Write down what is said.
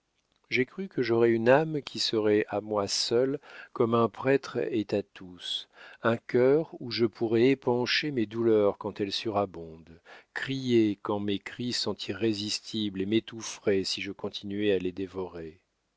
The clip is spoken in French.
j'ai cru que j'aurais une âme qui serait à moi seule comme un prêtre est à tous un cœur où je pourrais épancher mes douleurs quand elles surabondent crier quand mes cris sont irrésistibles et m'étoufferaient si je continuais à les dévorer